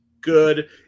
good